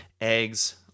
eggs